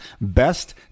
Best